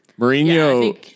Mourinho